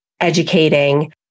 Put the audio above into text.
educating